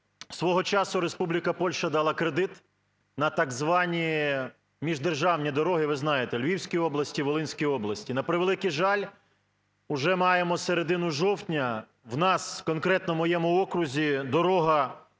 Свого часу Республіка Польща дала кредит на так звані міждержавні дороги, ви знаєте, у Львівській області, Волинській області. На превеликий жаль, уже маємо середину жовтня, в нас, конкретно в моєму окрузі дорога